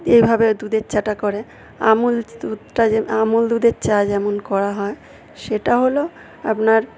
এইভাবে দুধের চাটা করে আমুল দুধটা যে আমুল দুধের চা যেমন করা হয় সেটা হল আপনার